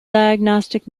diagnostic